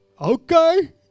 okay